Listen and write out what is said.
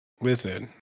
listen